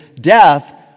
death